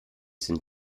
sind